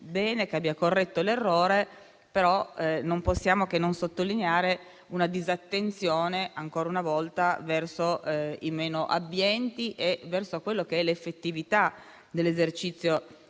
lieta che sia stato corretto l'errore, ma non possiamo che sottolineare una disattenzione, ancora una volta, verso i meno abbienti e verso l'effettività dell'esercizio